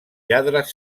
lladres